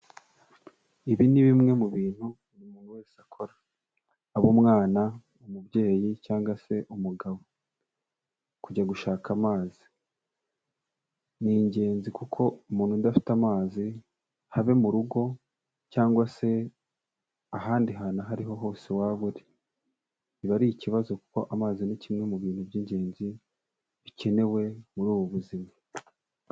Ibi ni bimwe mu bintu buri muntu wese akora, abe umwana, umubyeyi cyangwa se umugabo, kujya gushaka amazi ni ingenzi kuko umuntu udafite amazi habe mu rugo cyangwa se ahandi hantu aho ari ho hose waba uri, biba ari ikibazo kuko amazi ni kimwe mu bintu by'ingenzi bikenewe muri ubu buzima.